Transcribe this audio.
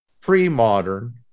pre-modern